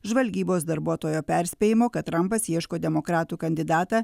žvalgybos darbuotojo perspėjimo kad trampas ieško demokratų kandidatą